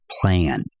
plan